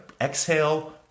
exhale